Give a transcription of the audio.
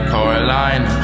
Caroline